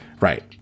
Right